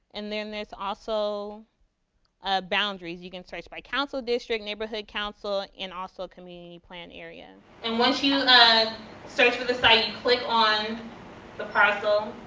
and then, there's also ah boundaries. you can search by council district, neighbourhood council and also community plan area. and once you search for the site and click on the parcel,